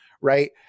right